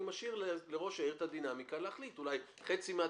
אני משאיר לראש העיר את הדינמיקה להחליט אולי חצי מהתקופה,